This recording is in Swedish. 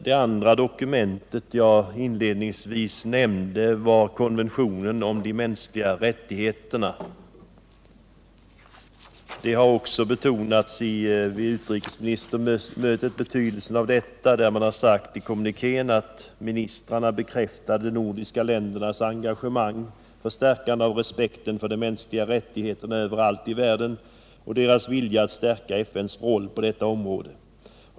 Det andra dokument som jag inledningsvis nämnde var konventionerna om de mänskliga rättigheterna. Också det nordiska utrikesministermötet betonade betydelsen av detta dokument. I sin kommuniké uttalar utrikesministermötet: ”Ministrarna bekräftade de nordiska ländernas engagemang för stärkande av respekten för de mänskliga rättigheterna överallt i världen och deras vilja att stärka FN:s roll på detta område.